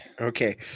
okay